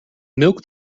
milk